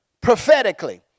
prophetically